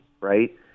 right